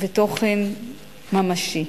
ותוכן ממשי.